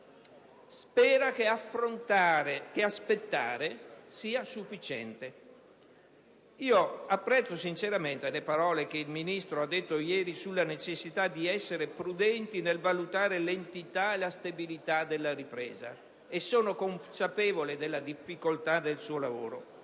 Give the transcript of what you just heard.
spera che aspettare sia sufficiente. Io apprezzo sinceramente le parole che il Ministro ha pronunciato ieri sulla necessità di essere prudenti nel valutare l'entità e la stabilità della ripresa e sono consapevole della difficoltà del suo lavoro.